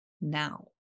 now